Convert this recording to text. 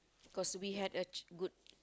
cause we had a ch~ good